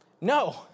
No